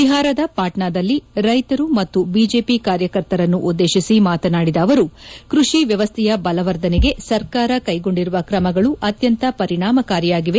ಬಿಹಾರದ ಪಾಟ್ನಾದಲ್ಲಿ ರೈತರು ಮತ್ತು ಬಿಜೆಪಿ ಕಾರ್ಯಕರ್ತರನ್ನು ಉದ್ದೇಶಿಸಿ ಮಾತನಾಡಿದ ಅವರು ಕೃಷಿ ವ್ವವಸ್ಥೆಯ ಬಲವರ್ಧನೆಗೆ ಸರ್ಕಾರ ಕೈಗೊಂಡಿರುವ ಕ್ರಮಗಳು ಅತ್ಯಂತ ಪರಿಣಾಮಕಾರಿಯಾಗಿವೆ